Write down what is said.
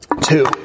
two